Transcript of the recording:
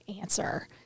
answer